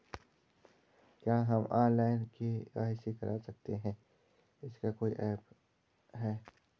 क्या हम online KYC कर सकते हैं इसका कोई ऐप है?